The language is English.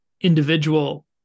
individual